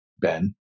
Ben